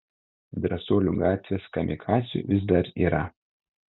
drąsuolių gatvės kamikadzių vis dar yra